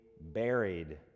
buried